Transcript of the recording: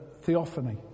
theophany